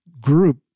group